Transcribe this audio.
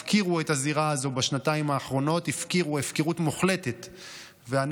הפקירו הפקרות מוחלטת את הזירה הזאת בשנתיים האחרונות,